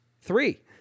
three